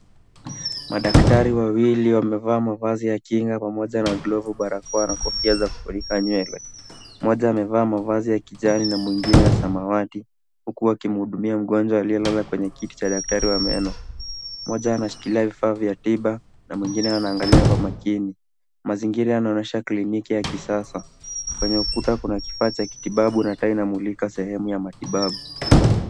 Madaktari wawili wamevaa mavazi ya kinga pamoja na glovu, barakoa na kofia za kufunika nywele. Mmoja amevaa mavazi ya kijani na mwingine ya samawati huku wakimhudumia mgonjwa aliyelala kwenye kiti cha daktari wa meno. Mmoja anashikilia vifaa vya tiba na mwingine anaangalia kwa makini. Mazingira yanaonyesha kliniki ya kisasa. Kwenye ukuta kuna kifaa cha kitibabu na taa inamulika sehemu ya matibabu.